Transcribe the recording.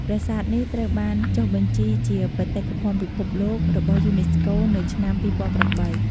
ប្រាសាទនេះត្រូវបានចុះបញ្ជីជាបេតិកភណ្ឌពិភពលោករបស់យូណេស្កូ នៅឆ្នាំ ២០០៨។